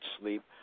sleep